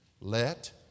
Let